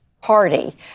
party